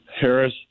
Harris